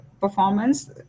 performance